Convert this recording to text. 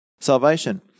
Salvation